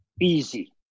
easy